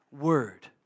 word